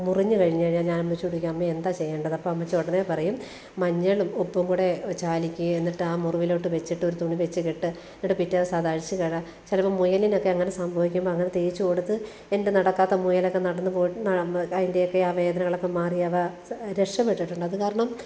മുറിഞ്ഞു കഴിഞ്ഞു കഴിഞ്ഞാല് ഞാന് അമ്മച്ചിയോട് ചോദിക്കും അമ്മേ എന്താണ് ചെയ്യേണ്ടത് അപ്പോൾ അമ്മച്ചി ഉടനെ പറയും മഞ്ഞളും ഉപ്പും കൂടെ ചാലിക്ക് എന്നിട്ട് ആ മുറിവിലോട്ട് വെച്ചിട്ട് ഒരു തുണി വെച്ച് കെട്ട് എന്നിട്ട് പിറ്റേ ദിവസം അത് അഴിച്ചു കള ചിലപ്പോൾ മുയലിനൊക്കെ അങ്ങനെ സംഭവിക്കുമ്പം അങ്ങനെ തേച്ചു കൊടുത്ത് എന്റെ നടക്കാത്ത മുയലൊക്കെ നടന്നു പോയിട്ട് അതിന്റെയൊക്കെ ആ വേദനകളൊക്കെ മാറി അവ രക്ഷപ്പെട്ടിട്ടുണ്ട് അതുകാരണം